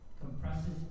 compresses